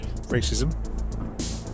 racism